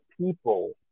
people